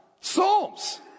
Psalms